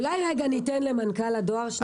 אולי ניתן למנכ"ל הדואר להתייחס.